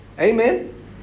Amen